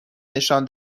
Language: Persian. نشان